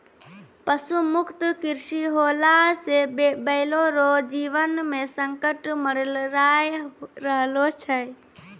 पशु मुक्त कृषि होला से बैलो रो जीवन मे संकट मड़राय रहलो छै